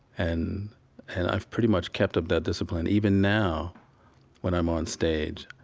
and and i've pretty much kept up that discipline. even now when i'm on stage,